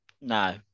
No